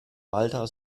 walter